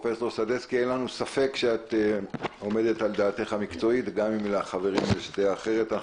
אין לנו ספק שאת עומדת על דעתך המקצועית גם אם לחברים יש דעה אחרת.